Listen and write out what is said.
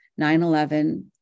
9-11